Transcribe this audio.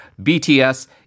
BTS